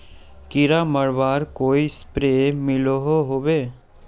कीड़ा मरवार कोई स्प्रे मिलोहो होबे?